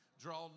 Draw